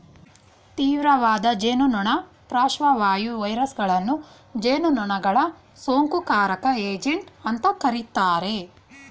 ತೀವ್ರವಾದ ಜೇನುನೊಣ ಪಾರ್ಶ್ವವಾಯು ವೈರಸಗಳನ್ನು ಜೇನುನೊಣಗಳ ಸೋಂಕುಕಾರಕ ಏಜೆಂಟ್ ಅಂತ ಕರೀತಾರೆ